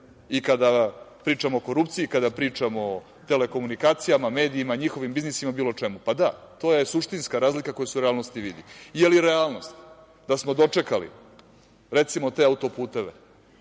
i kada pričamo o korupciji, telekomunikacijama, medijima, njihovim biznisima, bilo čemu, pa da, to je suštinska razlika koja se u realnosti vidi? Da li je realnost da smo dočekali, recimo, te autoputeve,